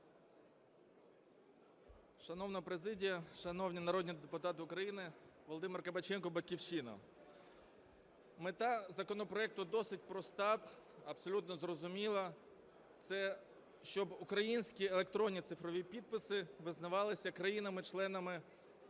Шановна президія, шановні народні депутати України! Володимир Кабаченко, "Батьківщина". Мета законопроекту досить проста, абсолютно зрозуміла – це щоб українські електронні цифрові підписи визнавалися країнами-членами